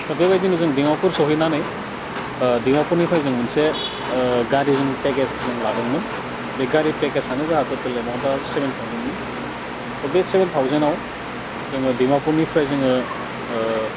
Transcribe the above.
बेबायदिनो जों डिमापुर सहैनानै डिमापुरनिफ्राय जों मोनसे गारिजों पेकेज जों लादोंमोन बे गारि पेकेजानो जोंहा टटेल एमाउन्टआ सेभेन थावजेनमोन त' बे सेबेन थावजेनाव जोङो डिमापुरनिफ्राय जोङो